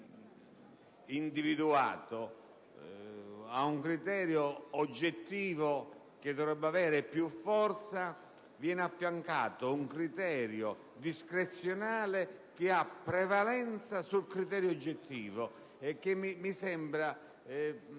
disomogeneo; ad un criterio oggettivo, che dovrebbe avere più forza, viene affiancato un criterio discrezionale che ha prevalenza sul criterio oggettivo e che, così